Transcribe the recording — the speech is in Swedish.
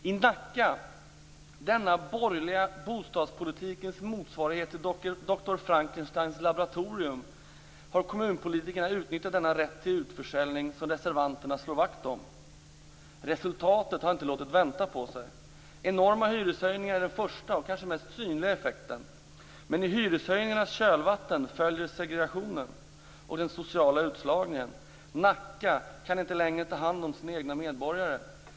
I Nacka, denna den borgerliga bostadspolitikens motsvarighet till doktor Frankensteins laboratorium, har kommunpolitikerna utnyttjat den rätt till utförsäljning som reservanterna slår vakt om. Resultatet har inte låtit vänta på sig. Enorma hyreshöjningar är den första och den kanske mest synliga effekten. Men i hyreshöjningarnas kölvatten följer segregation och social utslagning. Nacka kan inte längre ta hand om sina egna medborgare.